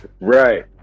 right